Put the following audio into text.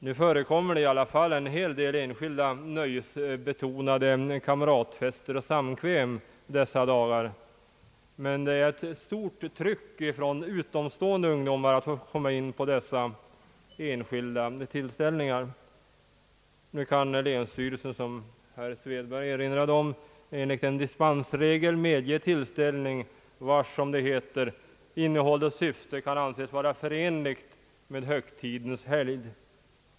Nu förekommer det i alla fall en hel del enskilda nöjesbetonade kamratfester och samkväm under de här dagarna, men det är ett stort tryck från utomstående ungdomar att få komma in på dessa enskilda tillställningar. Nu kan länsstyrelsen — som herr Svedberg erinrade om — enligt en dis pensregel medge tillställning, vars, som det heter, »innehåll och syfte kan anses vara förenligt med högtidens helgd».